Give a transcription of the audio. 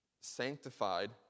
sanctified